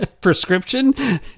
prescription